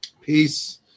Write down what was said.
peace